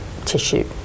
tissue